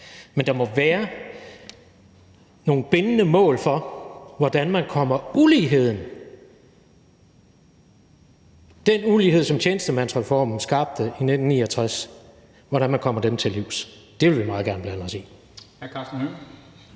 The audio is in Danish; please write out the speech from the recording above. Men der må være nogle bindende mål for, hvordan man kommer uligheden, den ulighed, som tjenestemandsreformen skabte i 1969, til livs. Det vil vi meget gerne blande os i.